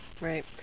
right